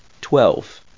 Twelve